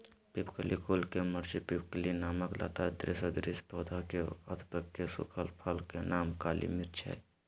पिप्पली कुल के मरिचपिप्पली नामक लता सदृश पौधा के अधपके सुखल फल के नाम काली मिर्च हई